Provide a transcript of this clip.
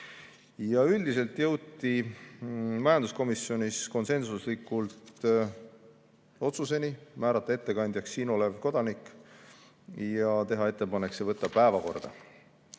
Üldiselt jõuti majanduskomisjonis konsensusliku otsuseni määrata ettekandjaks siinolev kodanik ja teha ettepanek võtta arengukava